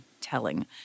telling